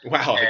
Wow